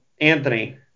Anthony